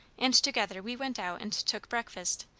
and together we went out and took breakfast,